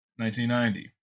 1990